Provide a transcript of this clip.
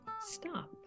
stop